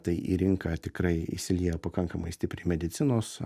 tai į rinką tikrai įsilieja pakankamai stipriai medicinos